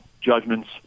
judgments